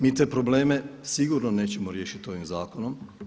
Mi te probleme sigurno nećemo riješiti ovim zakonom.